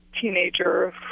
teenager